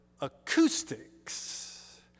acoustics